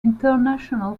international